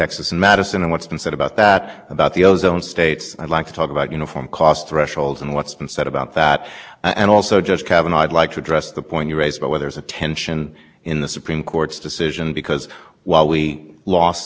who knows you might be back here again but that that would be a procedural posture as distinct from trying to decide anything about these as applied challenges at this